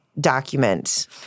document